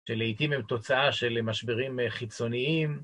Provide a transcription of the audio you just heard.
שלעיתים עם תוצאה של משברים חיצוניים.